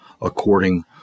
according